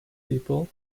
people